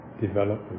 development